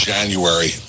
January